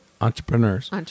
entrepreneurs